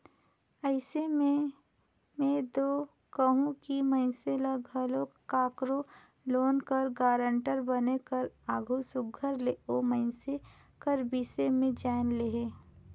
अइसे में में दो कहूं कि मइनसे ल घलो काकरो लोन कर गारंटर बने कर आघु सुग्घर ले ओ मइनसे कर बिसे में जाएन लेहे